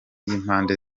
y’impande